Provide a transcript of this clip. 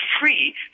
free